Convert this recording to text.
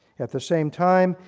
at the same time,